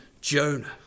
Jonah